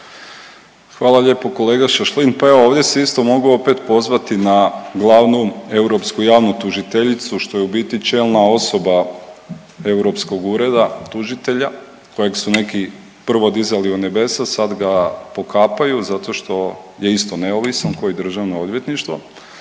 Hvala lijepo kolega Šašlin. Pa ovdje se isto mogu opet pozvati na glavnu europsku javnu tužiteljicu, što je u biti čelna osoba europskog ureda tužitelja kojeg su neki prvo dizali u nebesa, sad ga pokapaju zato što je isto neovisan kao i